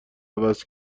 عوض